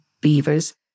beavers